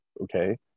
okay